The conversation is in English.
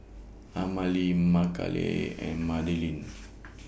Amalie Makala and Madalynn